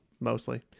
mostly